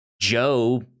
Joe